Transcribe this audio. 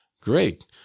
Great